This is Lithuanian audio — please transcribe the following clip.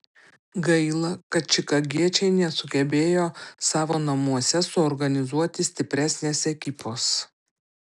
gaila kad čikagiečiai nesugebėjo savo namuose suorganizuoti stipresnės ekipos